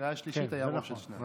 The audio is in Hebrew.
בקריאה השלישית היה רוב של שניים.